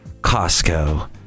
Costco